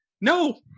No